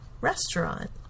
restaurant